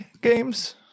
games